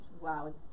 wow